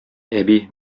әби